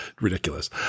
ridiculous